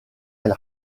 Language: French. elle